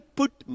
put